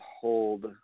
hold